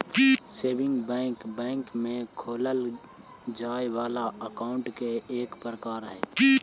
saving bank bank में खोलल जाए वाला अकाउंट के एक प्रकार हइ